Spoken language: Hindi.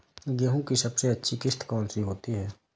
गेहूँ की सबसे अच्छी किश्त कौन सी होती है?